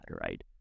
right